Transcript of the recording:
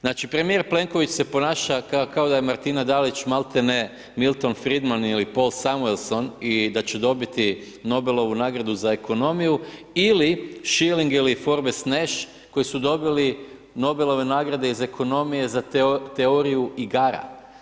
Znači premijer Plenković se ponaša kao da je Martina Dalić malti ne Milton Freedman ili Paul Samuleson i da će dobiti Nobelovu nagradu za ekonomiju ili Schilling ili Forbes Nash koji su dobili Nobelove nagrade iz ekonomije za teoriju igara.